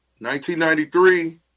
1993